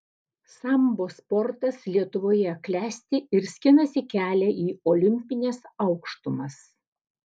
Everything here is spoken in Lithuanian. sambo sportas lietuvoje klesti ir skinasi kelią į olimpines aukštumas